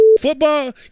football